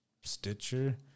Stitcher